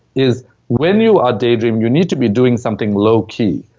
is when you are daydreaming, you need to be doing something low-key.